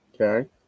Okay